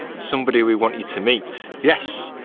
somebody we want you to meet. yes.